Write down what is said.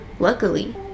Luckily